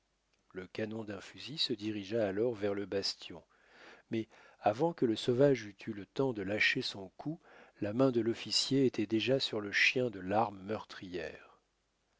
le canon d'un fusil se dirigea alors vers le bastion mais avant que le sauvage eût eu le temps de lâcher son coup la main de l'officier était déjà sur le chien de l'arme meurtrière